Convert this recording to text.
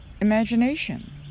imagination